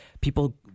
People